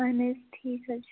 اہن حظ ٹھیٖک حظ چھُ